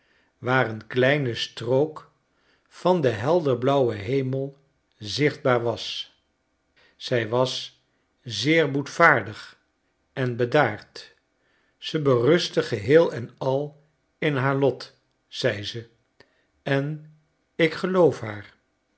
waar een kleine strook van den helder blauwen hemel zichtbaar was zij was zeer boetvaardig en bedaard ze berustte geheel en al in haar lot zei ze en ik geloof haar